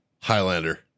Highlander